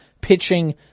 pitching